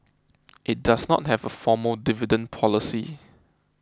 it does not have a formal dividend policy